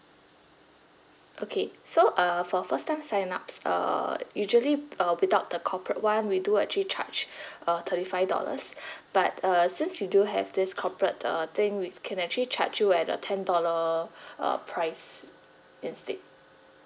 okay so uh for first time sign ups uh usually uh without the corporate [one] we do actually charge uh thirty five dollars but err since you do have this corporate uh thing we can actually charge you at a ten dollar uh price instead